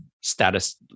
status